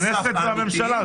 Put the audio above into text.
הכנסת והממשלה,